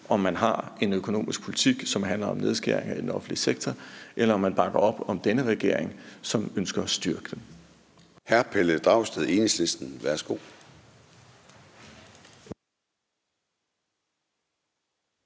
om man har en økonomisk politik, som handler om nedskæringer i den offentlige sektor, eller om man bakker op om denne regering, som ønsker at styrke den.